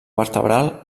vertebral